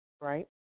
right